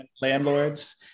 landlords